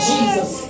Jesus